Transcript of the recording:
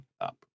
up